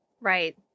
Right